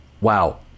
Wow